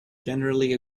generally